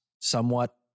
somewhat